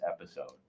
episode